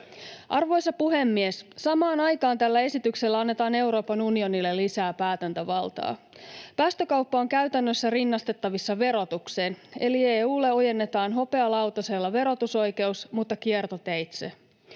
Arvoisa puhemies! Samaan aikaan tällä esityksellä annetaan Euroopan unionille lisää päätäntävaltaa. Päästökauppa on käytännössä rinnastettavissa verotukseen, eli EU:lle ojennetaan hopealautasella verotusoikeus mutta kiertoteitse.